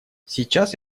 сейчас